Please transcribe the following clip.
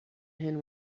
hen